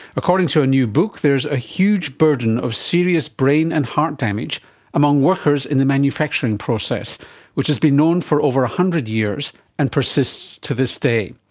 according to a new book there is a huge burden of serious brain and heart damage among workers in the manufacturing process which has been known for over one hundred years and persists to this day,